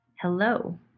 Hello